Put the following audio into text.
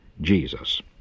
Jesus